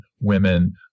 women